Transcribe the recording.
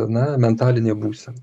na mentalinė būsena